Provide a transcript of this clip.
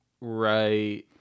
right